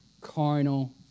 Carnal